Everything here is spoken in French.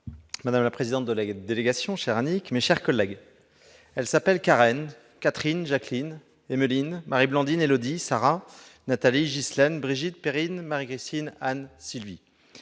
madame la présidente de la délégation, chère Annick, mes chers collègues, elles s'appellent Karen, Catherine, Jacqueline, Émeline, Marie-Blandine, Élodie, Sarah, Nathalie, Ghislaine, Brigitte, Perrine, Marie-Christine, Anne, Sylvie